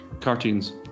cartoons